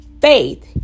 faith